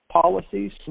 Policies